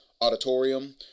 Auditorium